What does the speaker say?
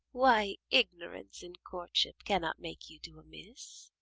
why, ignorance in courtship cannot make you do amiss,